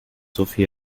sophie